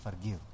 forgive